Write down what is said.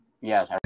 yes